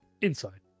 Inside